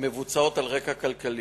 המבוצעות על רקע כלכלי,